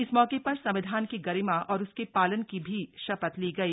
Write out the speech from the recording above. इस मौके पर संविधान की गरिमा और उसके पालन की भी शपथ ली गई